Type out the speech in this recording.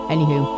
Anywho